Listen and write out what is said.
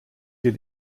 hier